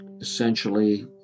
essentially